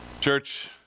Church